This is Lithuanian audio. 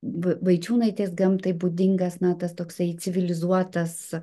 v vaičiūnaitės gamtai būdingas na tas toksai civilizuotas